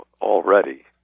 already